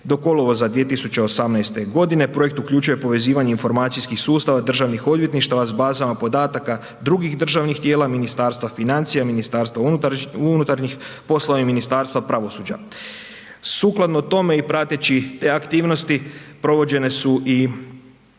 do kolovoza 2018. godine. Projekt uključuje povezivanje informacijskih sustava državnih odvjetništava s bazama podataka drugih državnih tijela, Ministarstva financija, MUP-a i Ministarstva pravosuđa. Sukladno tome i prateći te aktivnosti provođene su i,